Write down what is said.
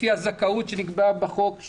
לפי הזכאות שנקבעה בחוק,